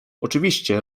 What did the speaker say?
oczywiście